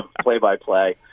play-by-play